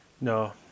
No